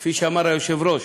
וכפי שאמר היושב-ראש,